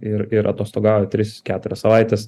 ir ir atostogauja tris keturias savaites